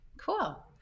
Cool